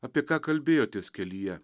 apie ką kalbėjotės kelyje